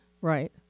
Right